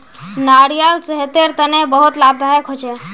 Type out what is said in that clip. नारियाल सेहतेर तने बहुत लाभदायक होछे